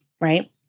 right